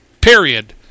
Period